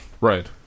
Right